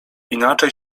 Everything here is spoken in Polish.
inaczej